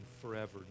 forever